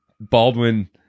Baldwin